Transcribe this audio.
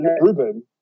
Ruben